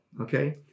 okay